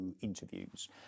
interviews